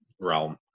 realm